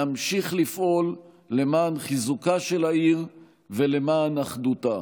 נמשיך לפעול למען חיזוקה של העיר ולמען אחדותה,